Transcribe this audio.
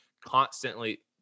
constantly